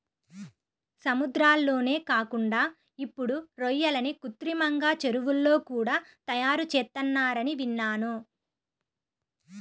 సముద్రాల్లోనే కాకుండా ఇప్పుడు రొయ్యలను కృత్రిమంగా చెరువుల్లో కూడా తయారుచేత్తన్నారని విన్నాను